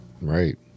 Right